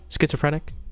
Schizophrenic